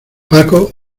paco